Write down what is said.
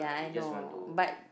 he just want to